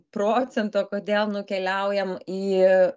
procento kodėl nukeliaujam į